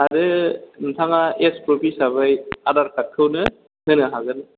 आरो नोंथाङा age proof हिसाबै आधार कार्द होनो हागोन